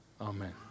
Amen